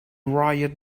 riot